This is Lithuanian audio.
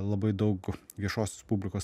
labai daug viešos publikos